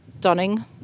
Dunning